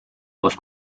aus